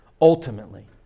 ultimately